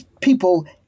people